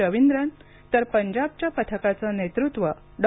रविंद्रन तर पंजाबच्या पथकाचं नेतृत्व डॉ